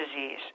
disease